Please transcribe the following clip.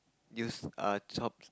use err chop